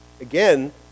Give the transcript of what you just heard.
Again